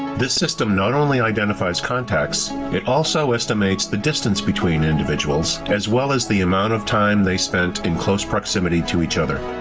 this system not only identifies contacts it also estimates the distance between individuals as well as the amount of time they spent in close proximity to each other.